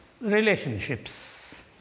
relationships